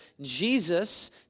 Jesus